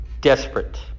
desperate